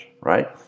right